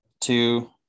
two